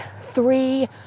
three